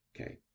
Okay